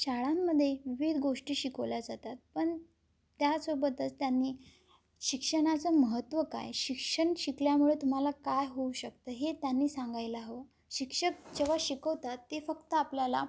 शाळांमध्ये विविध गोष्टी शिकवल्या जातात पण त्यासोबतच त्यांनी शिक्षणाचं महत्त्व काय शिक्षण शिकल्यामुळे तुम्हाला काय होऊ शकतं हे त्यांनी सांगायला हव शिक्षक जेव्हा शिकवतात ते फक्त आपल्याला